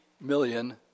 million